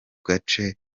gace